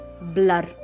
blur